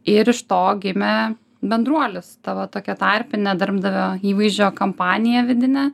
ir iš to gimė bendruolis ta va tokia tarpinė darbdavio įvaizdžio kampanija vidinė